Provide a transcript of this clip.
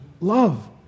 love